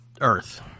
earth